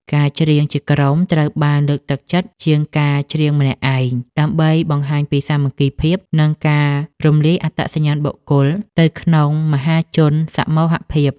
ការច្រៀងជាក្រុមត្រូវបានលើកទឹកចិត្តជាងការច្រៀងម្នាក់ឯង ដើម្បីបង្ហាញពីសាមគ្គីភាព និងការរំលាយអត្តសញ្ញាណបុគ្គលទៅក្នុងមហាជនសមូហភាព។